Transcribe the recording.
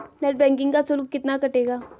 Net banking का शुल्क कितना कटेगा?